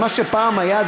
מה שפעם היה,